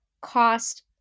cost